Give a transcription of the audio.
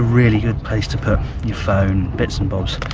really good place to put your phone bits and bobs,